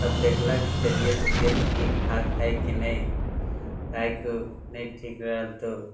तब देखलक तबिअत उबिअत ठीक ठाक हइ कि नहि गाइके नहि ठीक रहल तऽ